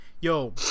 Yo